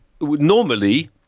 normally